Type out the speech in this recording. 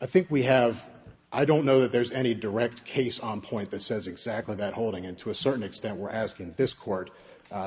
i think we have i don't know that there's any direct case on point that says exactly that holding on to a certain extent we're asking this court